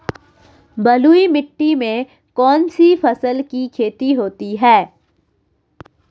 बलुई मिट्टी में कौनसी फसल की खेती होती है?